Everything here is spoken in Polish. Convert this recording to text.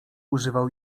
używał